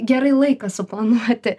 gerai laiką suplanuoti